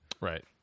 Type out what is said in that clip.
Right